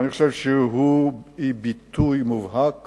אני חושב שהן ביטוי מובהק